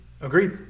Agreed